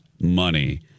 money